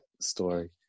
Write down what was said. story